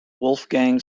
wolfgang